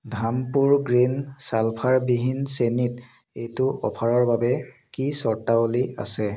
Dhampur green চালফাৰবিহীন চেনিত এইটো অফাৰৰ বাবে কি চৰ্তাৱলী আছে